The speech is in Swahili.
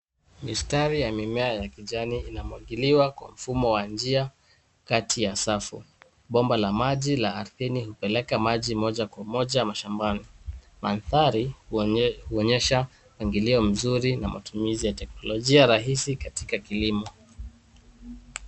Mistari ya mimea ya kijani inamwagiliwa kwa mfumo wa njia kati ya safu. Bomba la maji la ardhini hupeleka maji moja kwa moja mashambani. Mandhari huonyesha mpangilio mzuri na matumizi ya teknolojia rahisi katika kilimo.